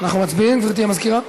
אנחנו מצביעים, גברתי המזכירה?